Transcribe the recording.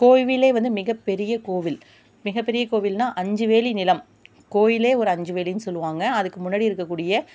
கோவிலே வந்து மிகப்பெரிய கோவில் மிகப்பெரிய கோவில்னா அஞ்சு வேலி நிலம் கோயிலே ஒரு அஞ்சு வேலின்னு சொல்லுவாங்க அதுக்கு முன்னடி இருக்கக்கூடிய